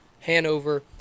Hanover